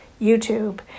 YouTube